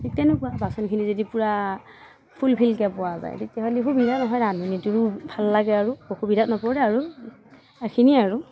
ঠিক তেনেকুৱা বাচনখিনি যদি পূৰা ফুল ফিলকে পোৱা যায় তেতিয়া হ'লে সুবিধা হয় ৰান্ধনীটোৰো ভাল লাগে আৰু অসুবিধাত নপৰে আৰু এইখিনিয়ে আৰু